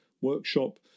workshop